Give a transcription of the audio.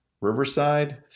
Riverside